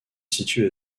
situe